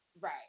Right